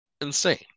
insane